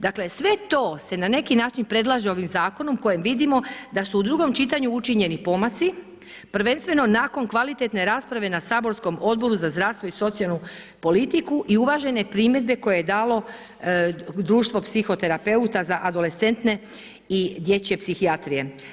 Dakle sve to se na neki način predlaže ovim zakonom u kojem vidimo da su u drugom čitanju učinjeni pomaci prvenstveno nakon kvalitetne rasprave na saborskom Odboru za zdravstvo i socijalnu politiku i uvažene primjedbe koje je dalo društvo psihoterapeuta za adolescente i dječje psihijatrije.